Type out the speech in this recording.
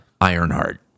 Ironheart